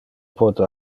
pote